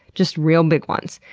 just real big ones.